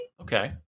Okay